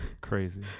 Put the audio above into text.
Crazy